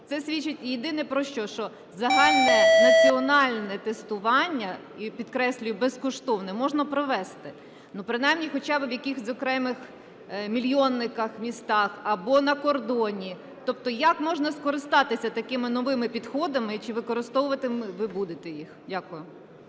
це свідчить єдине про що: що загальнонаціональне тестування, і, підкреслюю, безкоштовне, можна провести, ну принаймні хоча би в якихось окремих мільйонниках-містах або на кордоні. Тобто як можна скористатися такими новими підходами, чи використовувати ви будете їх? Дякую.